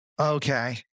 Okay